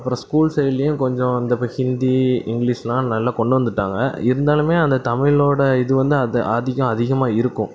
அப்புறோம் ஸ்கூல் சைட்லையும் கொஞ்சம் இந்த ஹிந்தி இங்கிலிஷ்லாம் நல்லா கொண்டு வந்துவிட்டாங்க இருந்தாலுமே அந்த தமிழோட இது வந்து அது ஆதிக்கம் அதிகமாக இருக்கும்